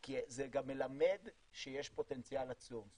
כי זה גם מלמד שיש פוטנציאל עצום,